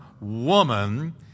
woman